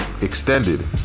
extended